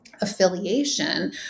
affiliation